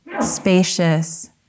spacious